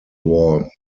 war